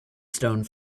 stone